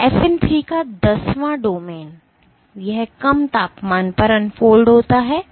और FN 3 का दसवां डोमेन यह कम तापमान पर अनफोल्ड होता है